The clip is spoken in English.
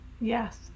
Yes